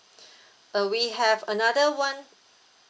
uh we have another [one]